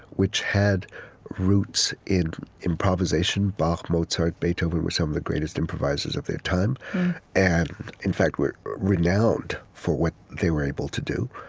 which had roots in improvisation bach, mozart, beethoven were some of the greatest improvisers of their time and, in fact, were renowned for what they were able to do,